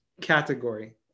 category